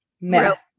mess